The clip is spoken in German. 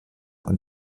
und